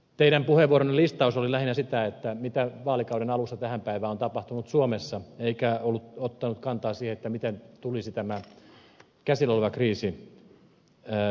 teidän puheenvuoronne listaus oli lähinnä sitä mitä vaalikauden alusta tähän päivään on tapahtunut suomessa eikä ottanut kantaa siihen miten tulisi tämä käsillä oleva kriisi saattaa loppuun